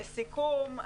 לסיכום,